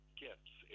gifts